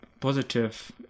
positive